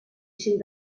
cinc